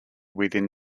within